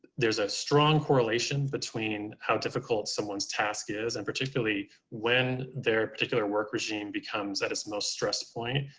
there's a strong correlation between how difficult someone's task is and particularly when their particular work regime becomes at its most stressed point.